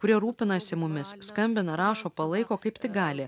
kurie rūpinasi mumis skambina rašo palaiko kaip tik gali